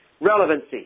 Relevancy